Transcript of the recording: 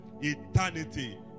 eternity